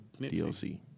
DLC